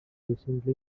recently